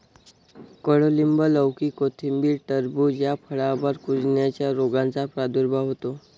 कडूलिंब, लौकी, कोथिंबीर, टरबूज या फळांवर कुजण्याच्या रोगाचा प्रादुर्भाव होतो